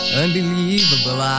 unbelievable